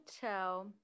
tell